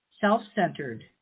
self-centered